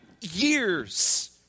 years